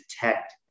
detect